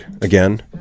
again